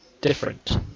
different